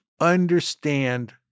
understand